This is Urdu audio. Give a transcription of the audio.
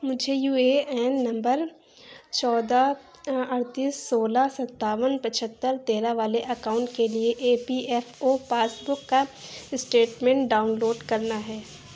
مجھے یو اے این نمبر چودہ اڑتیس سولہ ستاون پچھتر تیرہ والے اکاؤنٹ کے لیے E P F O pass book کا اسٹیٹمنٹ ڈاؤن لوڈ کرنا ہے